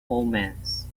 omens